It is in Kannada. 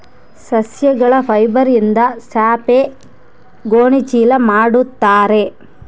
ಸಸ್ಯಗಳ ಫೈಬರ್ಯಿಂದ ಚಾಪೆ ಗೋಣಿ ಚೀಲ ಮಾಡುತ್ತಾರೆ